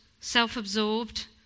self-absorbed